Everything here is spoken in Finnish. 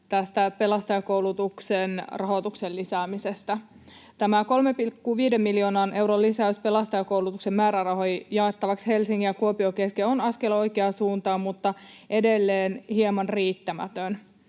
pelastajakoulutuksen rahoituksen lisäämisestä. Tämä 3,5 miljoonan euron lisäys pelastajakoulutuksen määrärahoihin jaettavaksi Helsingin ja Kuopion kesken on askel oikeaan suuntaan, mutta edelleen hieman riittämätön